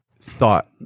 thought